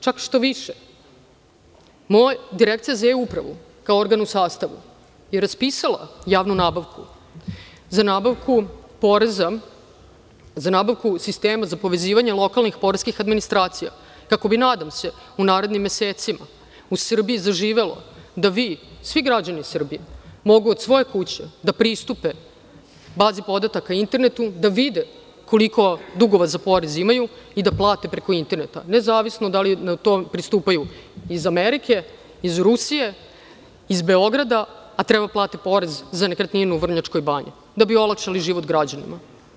Čak šta više, Direkciija za E-upravu kao organ u sastavu je raspisala javnu nabavku za nabavku poreza, za nabavku sistema za povezivanje lokalnih poreskih administracija kako bi, nadam se, u narednim mesecima u Srbiji zaživelo da svi građani Srbije mogu od svoje kuće da pristupe bazi podataka i internetu, da vide koliko dugova za porez imaju i da plate preko interneta, nezavisno da li na to pristupaju iz Amerike, iz Rusije, iz Beograda, a treba da plate porez za nekretninu u Vrnjačkoj Banji, da bi olakšali život građanima.